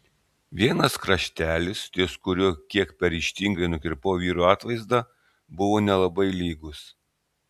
vienas kraštelis ties kuriuo kiek per ryžtingai nukirpau vyro atvaizdą buvo nelabai lygus